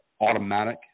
automatic